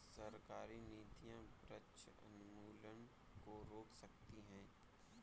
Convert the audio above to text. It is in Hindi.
सरकारी नीतियां वृक्ष उन्मूलन को रोक सकती है